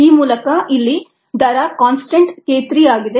ಈ ಮೂಲಕ ಇಲ್ಲಿ ದರ ಕಾನ್ಸ್ಟಂಟ್ k3 ಆಗಿದೆ